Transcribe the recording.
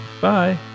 Bye